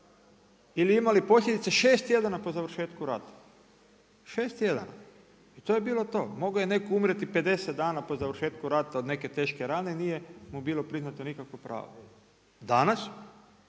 ili imali posljedice šest tjedana po završetku rata, šest tjedana to je bilo to. Mogao je neko umrijeti 50 dana po završetku rata od neke teške rane nije mu bilo priznato nikakvo pravo. Danas,